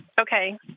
okay